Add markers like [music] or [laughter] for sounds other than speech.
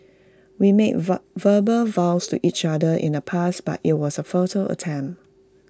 we made [unintelligible] verbal vows to each other in the past but IT was A futile attempt